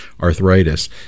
arthritis